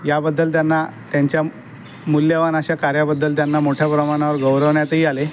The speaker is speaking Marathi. याबद्दल त्यांना त्यांच्या मूल्यवान अशा कार्याबद्दल त्यांना मोठ्या प्रमाणावर गौरवण्यातही आले